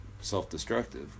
self-destructive